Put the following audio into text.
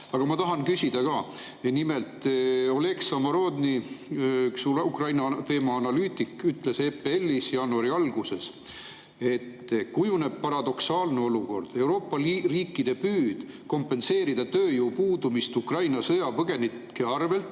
Aga ma tahan küsida ka. Nimelt, Oleg Samorodni, üks Ukraina teema analüütik, ütles EPL‑is jaanuari alguses: "Nii kujuneb paradoksaalne olukord. Euroopa Liidu riikide püüd [---] kompenseerida tööjõu puudumist Ukraina "sõjapõgenike" arvel